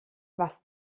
was